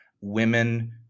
women